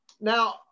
Now